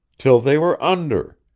till they were under,